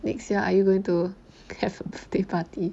next year are you going to have a birthday party